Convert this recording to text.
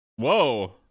Whoa